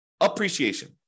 appreciation